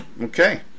Okay